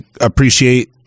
appreciate